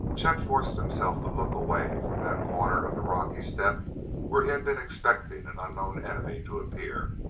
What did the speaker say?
chet forced himself to look away from that corner of the rocky step where he had been expecting an unknown enemy to appear,